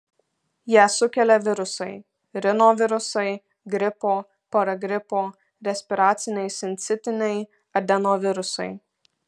ją sukelia virusai rinovirusai gripo paragripo respiraciniai sincitiniai adenovirusai